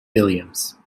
williams